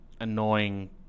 annoying